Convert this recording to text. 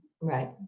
Right